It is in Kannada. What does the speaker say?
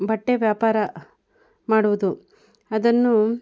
ಬಟ್ಟೆ ವ್ಯಾಪಾರ ಮಾಡುವುದು ಅದನ್ನು